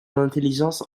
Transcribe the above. intelligence